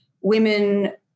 women